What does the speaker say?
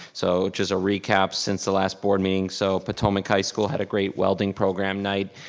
so just a recap. since the last board meeting, so patomac high school had a great welding program night.